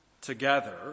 together